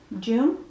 June